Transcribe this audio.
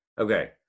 Okay